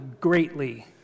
greatly